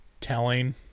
telling